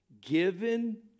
given